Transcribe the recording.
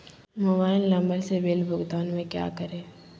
Mobile number से bill भुगतान में क्या करें?